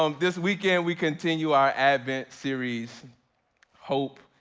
um this weekend, we continue our advent series hope.